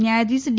ન્યાયાધીશ ડી